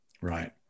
Right